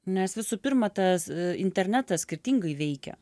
nes visų pirma tas internetas skirtingai veikia